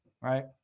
right